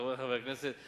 חברי חברי הכנסת,